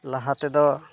ᱞᱟᱦᱟ ᱛᱮᱫᱚ